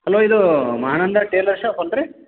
hello ಇದು Ananda tailor shop ಏನ್ರೀ